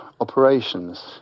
operations